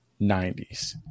90s